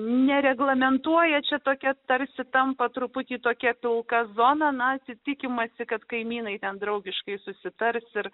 nereglamentuoja čia tokia tarsi tampa truputį tokia pilka zona naktį tikimasi kad kaimynai ten draugiškai susitars ir